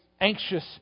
anxious